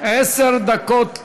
עשר דקות לרשותך.